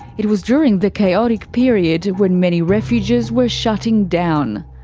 it was during the chaotic period when many refuges were shutting down.